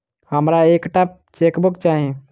हमरा एक टा चेकबुक चाहि